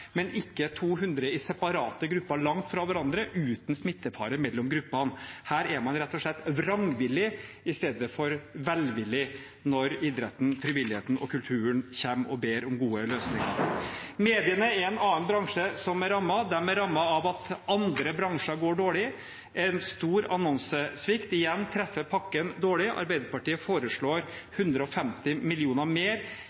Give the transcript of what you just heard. men ikke 200 i separate grupper langt fra hverandre, uten smittefare mellom gruppene. Her er man rett og slett vrangvillig i stedet for velvillig når idretten, frivilligheten og kulturen kommer og ber om gode løsninger. Media er en annen bransje som er rammet. De er rammet av at andre bransjer går dårlig. Det har vært en stor annonsesvikt. Igjen treffer pakken dårlig. Arbeiderpartiet foreslår